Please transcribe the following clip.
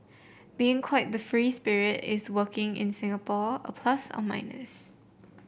being quite the free spirit is working in Singapore a plus or a minus